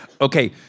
Okay